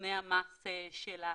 לתכנוני המס של החברות.